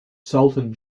sultan